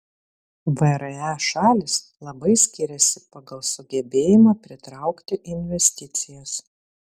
vre šalys labai skiriasi pagal sugebėjimą pritraukti investicijas